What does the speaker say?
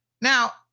Now